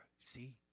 See